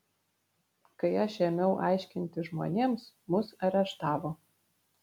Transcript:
kai aš ėmiau aiškinti žmonėms mus areštavo